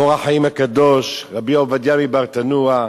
"אור החיים" הקדוש, רבי עובדיה מברטנורא,